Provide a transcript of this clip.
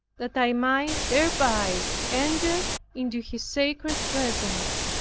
that i might thereby enter into his sacred presence,